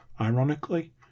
ironically